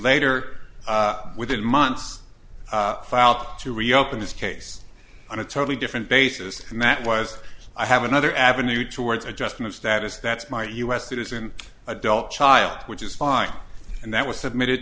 later within months filed to reopen this case on a totally different basis and that was i have another avenue towards adjustment status that's my u s citizen adult child which is fine and that was submitted